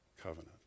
covenant